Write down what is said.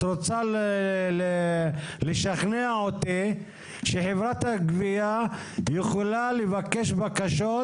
את רוצה לשכנע אותי שחברת הגבייה יכולה לבקש בקשות,